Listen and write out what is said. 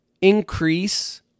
increase